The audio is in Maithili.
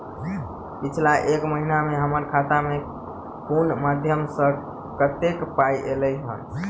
पिछला एक महीना मे हम्मर खाता मे कुन मध्यमे सऽ कत्तेक पाई ऐलई ह?